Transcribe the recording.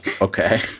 Okay